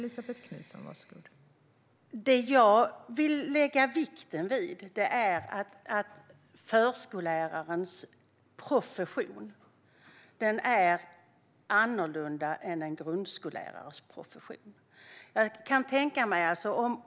Fru talman! Det jag vill lägga vikten vid är att förskollärarens profession är annorlunda än grundskollärarens.